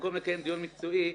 במקום לקיים דיון מקצועי,